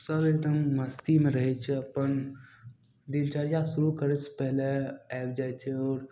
सब एकदम मस्तीमे रहय छै अपन दिनचर्या शुरू करयसँ पहिले आबि जाइ छै आओर